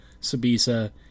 Sabisa